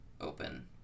open